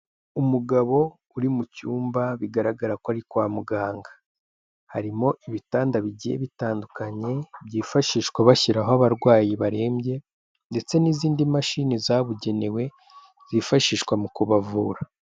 Umugabo uri mu cyumba bigaragara ko ari kwa muganga, harimo ibitanda bigiye bitandukanye byifashishwa bashyiraho abarwayi barembye ndetse n'izindi mashini zabugenewe zifashishwa mu kubavura.